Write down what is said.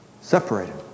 separated